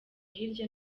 hirya